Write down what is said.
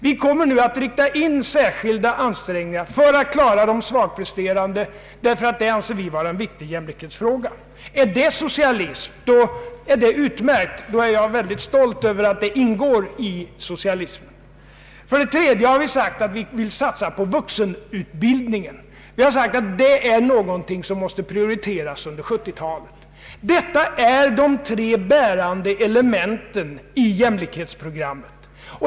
Vi kommer nu att rikta in särskilda ansträngningar för att klara de svagpresterande, därför att vi anser att det är en viktig jämlikhetsfråga. Om detta är socialism är det utmärkt, och då är jag stolt över att det ingår i socialismen. För det tredje har vi sagt att vi skall satsa på vuxenutbildningen, att den måste prioriteras under 1970-talet. Detta är de tre bärande elementen i vårt jämlikhetsprogram.